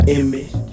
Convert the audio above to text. image